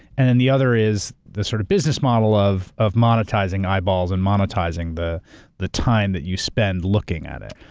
and then and the other is the sort of business model of of monetizing eyeballs and monetizing the the time that you spend looking at it.